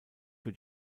für